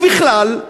ובכלל,